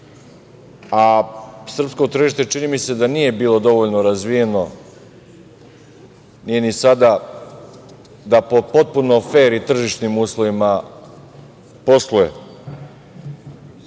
a srpsko tržište, čini mi se, nije bilo dovoljno razvijeno, nije ni sada da po potpuno fer i tržišnim uslovima posluje.